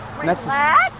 Relax